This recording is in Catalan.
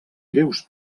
greus